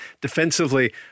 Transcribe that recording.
defensively